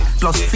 plus